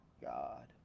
God